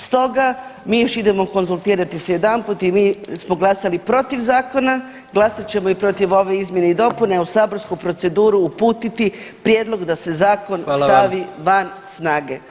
Stoga mi još idemo konzultirati se jedanput i mi smo glasali protiv zakona, glasat ćemo i protiv ove izmjene i dopune i u saborsku proceduru uputiti da se zakon stavi van snage.